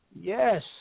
Yes